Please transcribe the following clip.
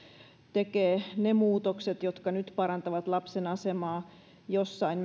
tekee ne muutokset jotka nyt parantavat lapsen asemaa jossain